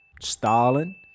Stalin